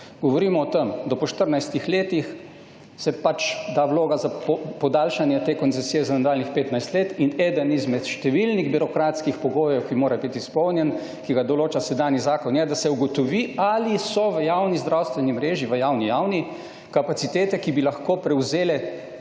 Govorimo o tem, da po 14. letih se pač da vloga za podaljšanje te koncesije za nadaljnjih 15 let in eden izmed številnih birokratskih pogojev, ki mora bit izpolnjen, ki ga določa sedanji zakon, je, da se ugotovi, ali so v javni zdravstveni mreži – v javni, javni – kapacitete, ki bi lahko prevzele